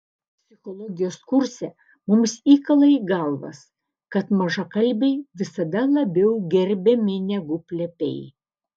psichologijos kurse mums įkala į galvas kad mažakalbiai visada labiau gerbiami negu plepiai